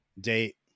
date